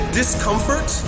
discomfort